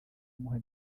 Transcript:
amuha